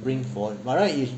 bring forward by right it could